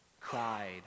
cried